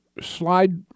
slide